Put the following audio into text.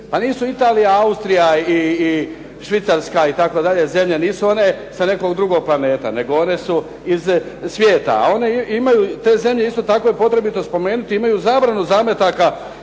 Pa nisu Italija, Austrija i Švicarska itd. zemlje, nisu one sa nekog drugog planeta, nego one su iz svijeta. A one imaju te zemlje, isto tako je potrebito spomenuti, imaju zabranu zametaka.